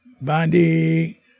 Bondi